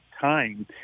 time